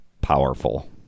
powerful